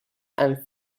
and